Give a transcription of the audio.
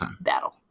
battle